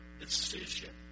decision